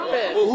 להיפך.